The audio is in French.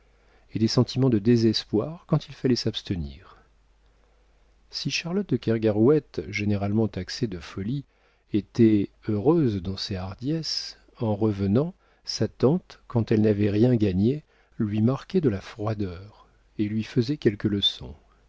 et des sentiments de désespoir quand il fallait s'abstenir si charlotte de kergarouët généralement taxée de folie était heureuse dans ses hardiesses en revenant sa tante quand elle n'avait rien gagné lui marquait de la froideur et lui faisait quelques leçons